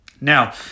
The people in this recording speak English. Now